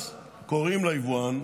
אם יתגלה פתאום שיש בעיה, אז קוראים ליבואן,